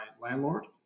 landlord